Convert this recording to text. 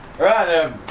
Right